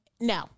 no